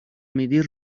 میدی